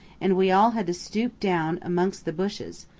and we all had to stoop down amongst the bushes,